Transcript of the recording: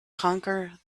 conquer